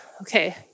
Okay